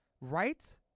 right